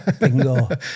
Bingo